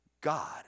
God